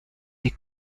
des